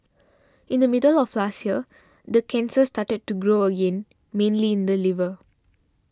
in the middle of last year the cancer started to grow again mainly in the liver